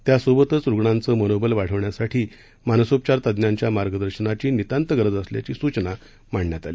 त्यासोबतच रुग्णांच मनोबल वाढवण्यासाठी मानसोपचार तज्ज्ञांच्या मार्गदर्शनाची नितांत गरज असल्याची सूचना मांडण्यात आली